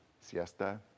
siesta